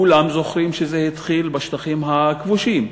כולם זוכרים שזה התחיל בשטחים הכבושים,